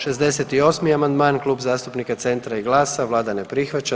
68. amandman Kluba zastupnika Centra i GLAS-a, Vlada ne prihvaća.